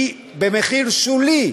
היא במחיר שולי.